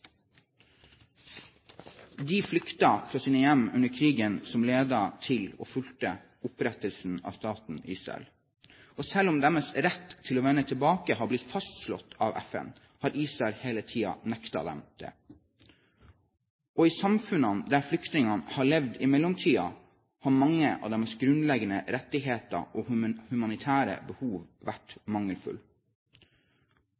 De flyktet fra sine hjem under krigen som ledet til, og fulgte, opprettelsen av staten Israel. Selv om deres rett til å vende tilbake har blitt fastslått av FN, har Israel hele tiden nektet dem dette. Og i samfunnene der flyktningene har levd i mellomtiden, har mange av deres grunnleggende rettigheter vært mangelfulle og den humanitære